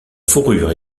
fourrure